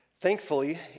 Thankfully